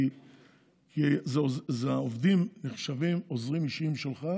כי העובדים נחשבים עוזרים אישיים שלך,